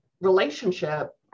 relationship